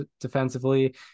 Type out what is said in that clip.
defensively